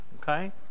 okay